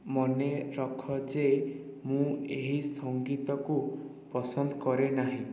ମନେରଖ ଯେ ମୁଁ ଏହି ସଙ୍ଗୀତକୁ ପସନ୍ଦ କରେ ନାହିଁ